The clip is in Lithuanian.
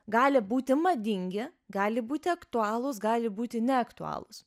gali būti madingi gali būti aktualūs gali būti neaktualūs